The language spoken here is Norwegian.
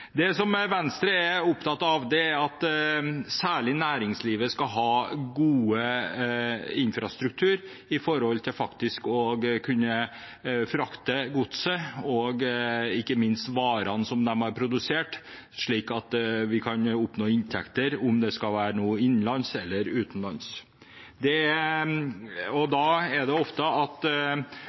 Venstre er særlig opptatt av at næringslivet skal ha god infrastruktur å frakte gods og ikke minst varene som de har produsert, på, slik at vi kan oppnå inntekter, enten det er innenlands eller utenlands. Da har veiene ofte kommet til kort fordi vi øker godsmengden og produksjonen av en del varer som krever bedre veikapasitet. For Venstre er det utrolig viktig at